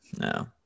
No